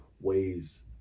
ways